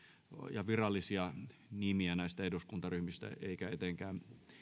ja virallisia nimiä näistä eduskuntaryhmistä eikä etenkään